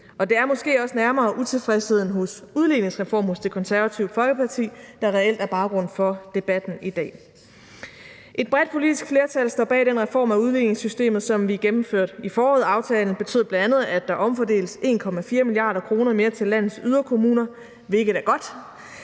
Det er måske også nærmere utilfredsheden med udligningsreformen hos Det Konservative Folkeparti, der reelt er baggrunden for debatten i dag. Et bredt politisk flertal står bag den reform af udligningssystemet, som vi gennemførte i foråret. Aftalen betyder bl.a., at der omfordeles 1,4 mia. kr. mere til landets yderkommuner, hvilket er godt,